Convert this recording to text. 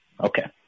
Okay